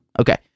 Okay